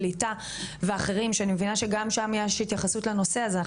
קליטה ועלייה ואחרים שאני מבינה שגם יש התייחסות לנושא הזה,